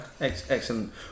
excellent